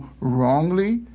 wrongly